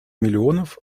миллионов